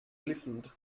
listened